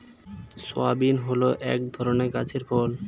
soybean হল এক ধরনের গাছের ফল